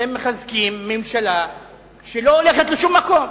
אתם מחזקים ממשלה שלא הולכת לשום מקום,